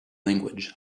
language